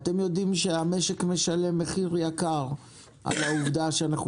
המשק משלם מחיר יקר על העובדה שאנחנו